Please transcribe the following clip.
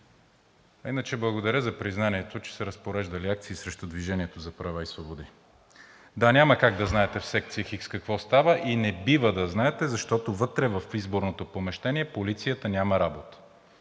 иначе, благодаря за признанието, че сте разпореждали акции срещу „Движение за права и свободи“. Да, няма как да знаете в секция Х какво става и не бива да знаете, защото вътре в изборното помещение полицията няма работа